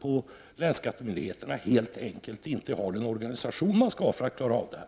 på länsskattemyndigheterna helt enkelt inte har den nödvändiga organisationen för att klara av detta.